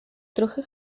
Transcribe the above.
trochę